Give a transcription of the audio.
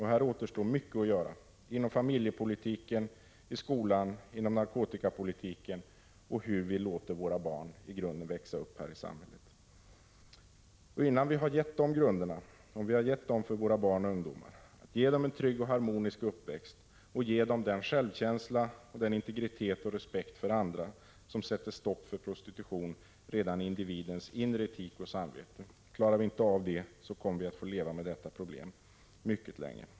Här återstår mycket att göra inom familjepolitiken, i skolan, inom narkotikapolitiken och i fråga om hur vi låter våra barn växa upp i samhället, innan vi kan ge våra barn och ungdomar grunderna för en trygg och harmonisk uppväxt och den självkänsla, integritet och respekt för andra som sätter stopp för prostitution redan i individens inre etik och samvete. Klarar vi inte av det, kommer vi att få leva med detta problem mycket länge.